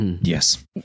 yes